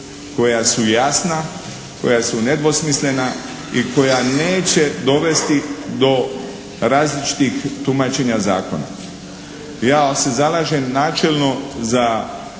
koja su jasna, koja su nedvosmislena i koja neće dovesti do različitih tumačenja zakona. Ja se zalažem načelno za